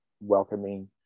welcoming